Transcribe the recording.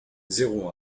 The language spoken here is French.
zéro